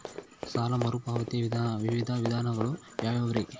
ಸಾಲ ಮರುಪಾವತಿಯ ವಿವಿಧ ವಿಧಾನಗಳು ಯಾವ್ಯಾವುರಿ?